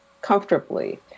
comfortably